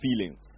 feelings